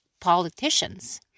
politicians